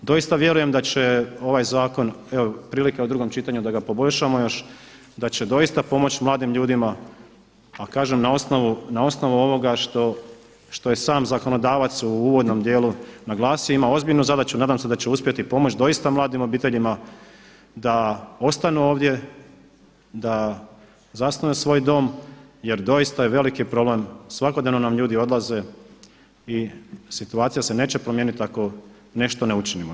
Doista vjerujem da će ovaj zakon prilike u drugom čitanju da ga poboljšamo još, da će doista pomoći mladim ljudima, a kažem na osnovu ovoga što je sam zakonodavac u uvodnom dijelu naglasio ima ozbiljnu zadaću, nadam se da će uspjeti pomoć doista mladim obiteljima da ostanu ovdje, da zasnuju svoj dom jer doista je veliki problem svakodnevno nam ljudi odlaze i situacija se neće promijeniti ako nešto ne učinimo.